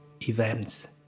events